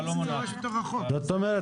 זאת אומרת,